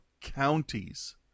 counties